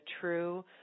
true